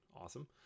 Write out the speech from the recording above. Awesome